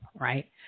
right